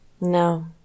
No